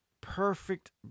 perfect